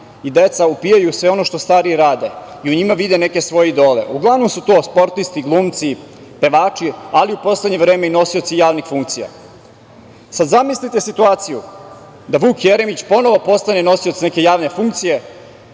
i deca upijaju sve ono što stariji rade i u njima vide neke svoje idole. Uglavnom su to sportisti, glumci, pevači, ali u poslednje vreme i nosioci javnih funkcija. Sada zamislite situaciju da Vuk Jeremić ponovo postane nosilac neke javne funkcije